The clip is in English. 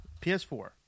PS4